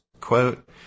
quote